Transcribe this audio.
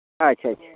ᱟᱪᱪᱷᱟ ᱟᱪᱪᱷᱟ